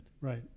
Right